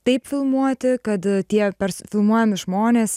taip filmuoti kad tie pers filmuojami žmonės